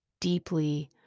deeply